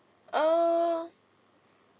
err